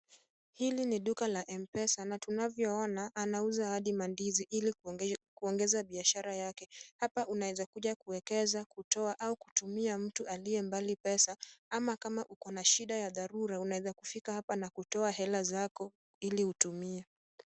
Hili ni duka la M-Pesa na tunavyoona, anauza hadi mandizi ili kuongeza biashara yake. Hapa unaweza kuja kuekeza, kutoa au kutumia mtu aliye mbali pesa ama kama uko na shida ya dharura unaweza kufika hapa na kutoa hela zako ili utumie.